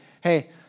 hey